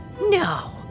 no